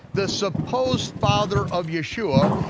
the supposed father of yeshua,